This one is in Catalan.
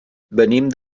venim